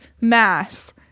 mass